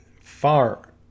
far